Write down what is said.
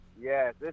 yes